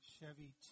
Chevy